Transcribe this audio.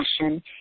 passion